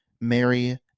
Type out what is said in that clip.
Mary